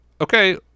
okay